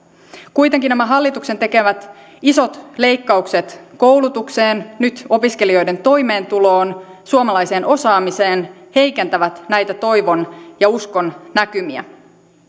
kuitenkin nämä hallituksen tekemät isot leikkaukset koulutukseen nyt opiskelijoiden toimeentuloon suomalaiseen osaamiseen heikentävät näitä toivon ja uskon näkymiä